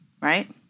right